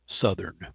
southern